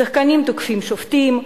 שחקנים תוקפים שופטים,